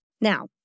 Now